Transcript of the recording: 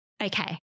Okay